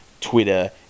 Twitter